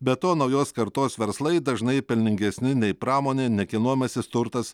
be to naujos kartos verslai dažnai pelningesni nei pramonė nekilnojamasis turtas